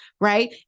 right